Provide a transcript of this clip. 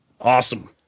Awesome